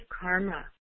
karma